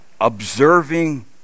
observing